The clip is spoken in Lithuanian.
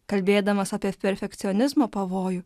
kalbėdamas apie perfekcionizmo pavojų